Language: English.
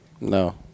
no